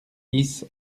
dix